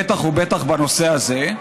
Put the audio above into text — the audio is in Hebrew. בטח ובטח בנושא הזה,